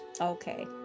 okay